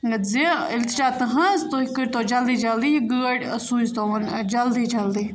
زِ اِچھا تُہٕنٛز تُہۍ کٔرۍتو جلدی جلدی یہِ گٲڑۍ سوٗزۍتو یِمَن جلدی جلدی